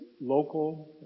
local